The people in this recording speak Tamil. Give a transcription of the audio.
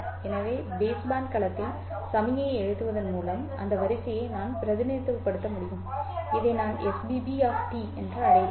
எனவே பேஸ்பேண்ட் களத்தில் சமிக்ஞையை எழுதுவதன் மூலம் அந்த வரிசையை நான் பிரதிநிதித்துவப்படுத்த முடியும் இதை நான் sbb என்று அழைப்பேன்